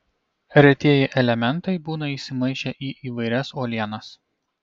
retieji elementai būna įsimaišę į įvairias uolienas